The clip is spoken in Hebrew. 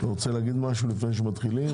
אתה רוצה להגיד משהו לפני שמתחילים?